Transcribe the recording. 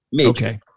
Okay